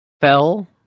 fell